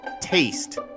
taste